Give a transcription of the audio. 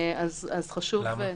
למה?